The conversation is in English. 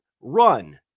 run